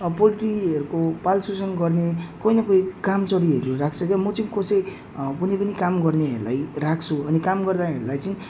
पोल्ट्रीहरूको पालन पोषण गर्ने कोही न कोही कामचोरीहरू राख्छ क्या म चाहिँ कसै कुनै पनि काम गर्नेहरूलाई राख्छु अनि काम गर्नेहरूलाई चाहिँ